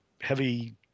heavy